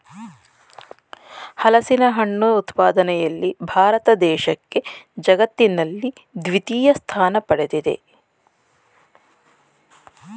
ಹಲಸಿನಹಣ್ಣು ಉತ್ಪಾದನೆಯಲ್ಲಿ ಭಾರತ ದೇಶಕ್ಕೆ ಜಗತ್ತಿನಲ್ಲಿ ದ್ವಿತೀಯ ಸ್ಥಾನ ಪಡ್ದಿದೆ